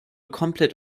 komplett